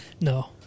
no